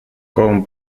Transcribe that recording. con